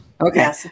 okay